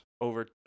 over